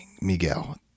Miguel